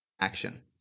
action